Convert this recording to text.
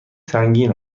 سنگین